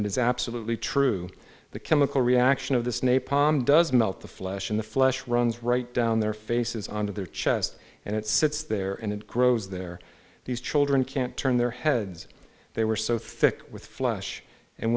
it is absolutely true the chemical reaction of this napalm does melt the flesh in the flesh runs right down their faces onto their chest and it sits there and it grows there these children can't turn their heads they were so thick with flesh and